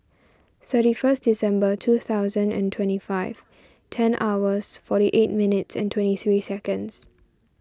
thirty first December two thousand and twenty five ten hours forty eight minutes and twenty three seconds